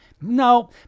No